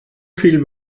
viel